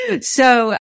So-